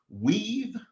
Weave